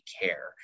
care